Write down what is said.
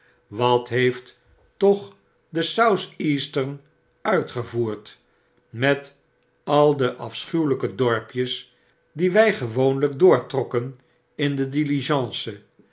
wat heeft toch de south eastern uitgevoerd met al de afschuweiflke dorpjes die wii gewoonlflk doortrokken in de